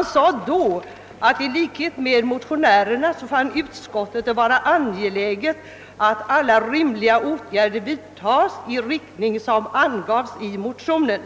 Det hette då att utskottet i likhet med motionärerna fann det angeläget att alla rimliga åtgärder vidtogs i den riktning som angavs i motionen.